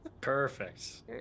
perfect